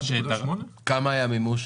כמה היה המימוש?